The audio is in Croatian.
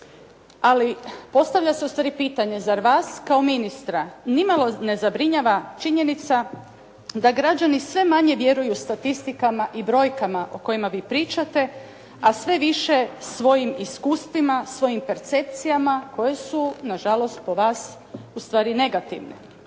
Ali postavlja se ustvari pitanje, zar vas kao ministra ni malo ne zabrinjava činjenica da građani sve manje vjeruju statistikama i brojkama o kojima vi pričate, a sve više svojim iskustvima, svojim percepcijama koje su na žalost po vas ustvari negativne.